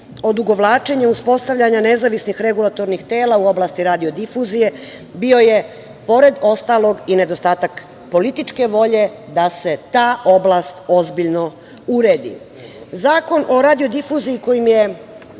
Odugovlačenje uspostavljanja nezavisnih regulatornih tela u oblasti radio-difuzije bio je pored ostalog i nedostatak političke volje da se ta oblast ozbiljno uredi. Zakon o radio-difuziji kojim je